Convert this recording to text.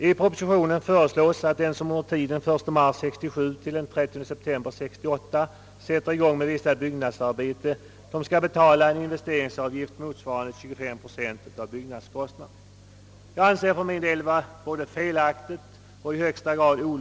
I propositionen föreslås att den, som under tiden från den 1 mars 1967 till den 30 september 1968 sätter i gång med vissa byggnadsarbeten, skall betala en investeringsavgift motsvarande 25 procent av byggnadskostnaden.